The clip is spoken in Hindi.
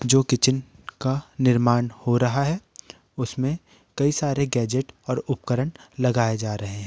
जो किचेन का निर्माण हो रहा है उसमें कई सारे गैजेट और उपकरण लगाए जा रहे है